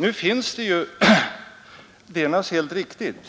Nu finns det ju, det är naturligtvis helt riktigt,